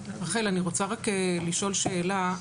אני רוצה לשאול שאלה.